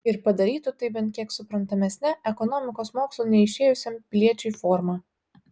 ir padarytų tai bent kiek suprantamesne ekonomikos mokslų neišėjusiam piliečiui forma